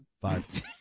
Five